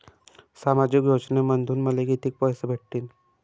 सामाजिक योजनेमंधून मले कितीक पैसे भेटतीनं?